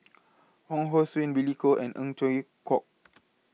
Wong Hong Suen Billy Koh and Eng Chwee Kok